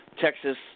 Texas